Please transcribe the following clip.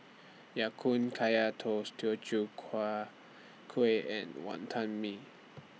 Ya Kun Kaya Toast Teochew Huat Kueh and Wonton Mee